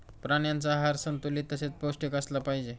प्राण्यांचा आहार संतुलित तसेच पौष्टिक असला पाहिजे